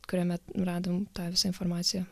kuriame radom tą visą informaciją